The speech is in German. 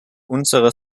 unserer